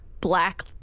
black